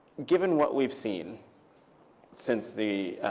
given what we've seen since the